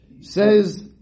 says